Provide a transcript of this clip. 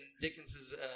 Dickens's